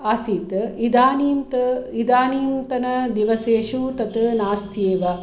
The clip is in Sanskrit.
आसीत् इदानीन्त् इदानीन्तनदिवसेषु तत् नास्ति एव